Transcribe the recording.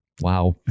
Wow